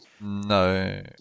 No